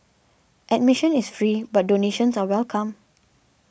admission is free but donations are welcome